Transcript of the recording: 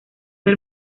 del